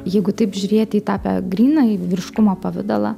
jeigu taip žiūrėti į tą grynąjį vyriškumo pavidalą